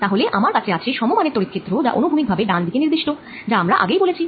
তাহলে আমার কাছে আছে সম মানের তড়িৎ ক্ষেত্র যা অনুভূমিক ভাবে ডান দিকে নির্দিষ্ট যা আমরা আগেই বলেছি